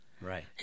right